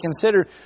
consider